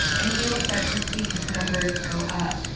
and you will start to see numbers go up.